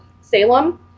Salem